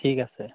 ঠিক আছে